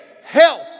health